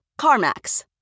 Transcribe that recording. CarMax